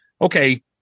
okay